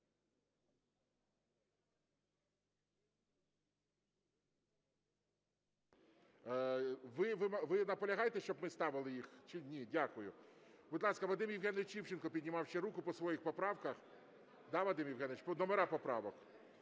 Ви наполягаєте, щоб ми ставили їх, чи ні? Дякую. Будь ласка, Вадим Євгенович Івченко піднімав ще руку по своїх поправка. Так, Вадим Євгенович, номери поправок.